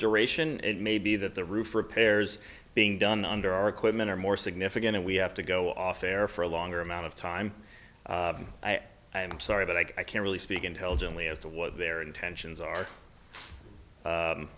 duration it may be that the roof repairs being done under our equipment are more significant and we have to go off air for a longer amount of time i am sorry but i can't really speak intelligently as to what their intentions are